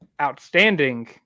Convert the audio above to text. outstanding